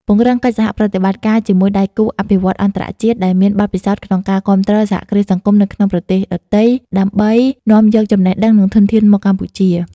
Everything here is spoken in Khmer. ពង្រឹងកិច្ចសហប្រតិបត្តិការជាមួយដៃគូអភិវឌ្ឍន៍អន្តរជាតិ ដែលមានបទពិសោធន៍ក្នុងការគាំទ្រសហគ្រាសសង្គមនៅក្នុងប្រទេសដទៃ ដើម្បីនាំយកចំណេះដឹង និងធនធានមកកម្ពុជា ។